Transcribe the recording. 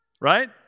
right